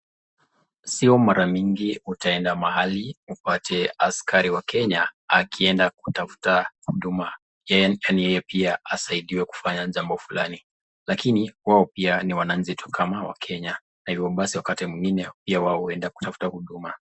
Sio mara mingi utaenda mahali upate askari wa Kenya akienda kutafuta huduma. Yeye pia asaidiwe kufanya jambo fulani. Lakini wao pia ni wanainchi kama Wakenya. Na hivyo basi wakati mwingine pia wao huenda kutafuta huduma.